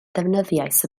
defnyddiais